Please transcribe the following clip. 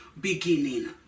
beginning